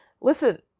Listen